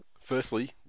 Firstly